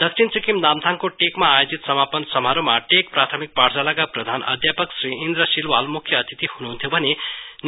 दक्षिण सिक्किम नामथाङको टेकमा आयोजित समापन समारोहमा टेक प्राथमिक पाठशालाका प्रधान अध्यापक श्री इन्द्र सिलवाल भुख्य अतिथि हुनुहुन्थ्यो भने